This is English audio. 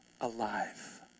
alive